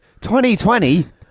2020